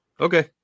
okay